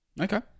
Okay